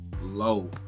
low